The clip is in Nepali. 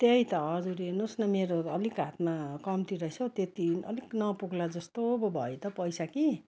त्यही त हजुर हेर्नु होस् न मेरो अलिक हातमा कम्ती रहेछ त्यति अलिक नपुग्ला जस्तो पो भयो त पैसा कि